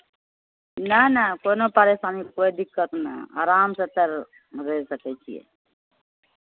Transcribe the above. नहि नहि कोनो परेशानी कोइ दिक्कत नहि आरामसँ एतय रहि सकै छियै